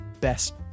best